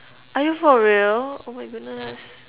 are you for real oh my goodness